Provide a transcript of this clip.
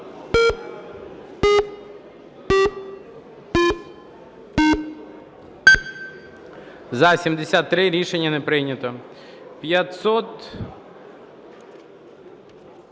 За-73 Рішення не прийнято.